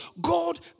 God